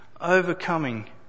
overcoming